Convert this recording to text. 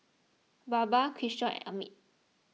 Baba Kishore and Amit